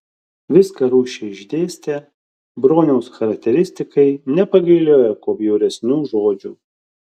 viską rūsčiai išdėstė broniaus charakteristikai nepagailėjo kuo bjauresnių žodžių